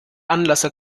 anlasser